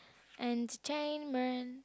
entertainment